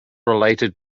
related